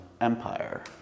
Empire